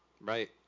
right